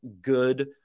good